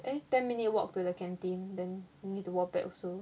eh ten minute walk to the canteen then need to walk back also